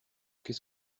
qu’est